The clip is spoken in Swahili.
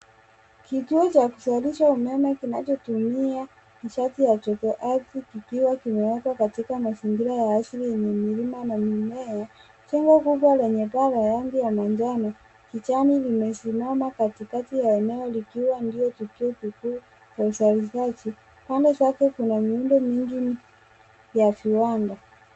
Kituo cha kuzalisha umeme kinachotumia nishati ya joto ardhi kikiwa kimewekwa katika mazingira ya asili yenye milima na mimea. Jengo kinwa lenye rangi ya manjano kijani limesimama katikati ya eneo kikiwa ndio kituo kikuu za uzalishaji. Kando yake kuna miundo mingi ya viwanda.